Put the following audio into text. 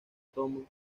tomo